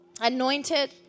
anointed